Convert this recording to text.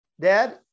dad